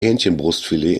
hähnchenbrustfilet